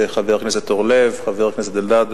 חבר הכנסת אורלב וחבר הכנסת אלדד,